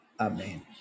amen